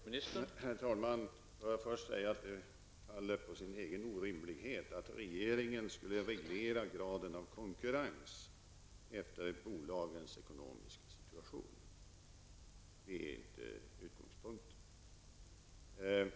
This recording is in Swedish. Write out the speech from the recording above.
Herr talman! Det faller på sin egen orimlighet att regeringen skulle reglera graden av konkurrens efter bolagens ekonomiska situation. Det är inte utgångspunkten.